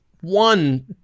one